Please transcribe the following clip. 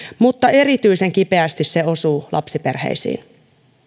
mutta erityisen kipeästi se osuu lapsiperheisiin